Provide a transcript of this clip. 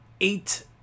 eight